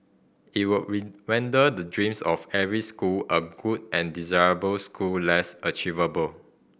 it would render the dreams of every school a good and desirable school less achievable